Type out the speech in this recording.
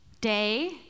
Day